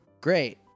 Great